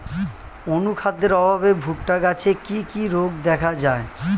অনুখাদ্যের অভাবে ভুট্টা গাছে কি কি রোগ দেখা যায়?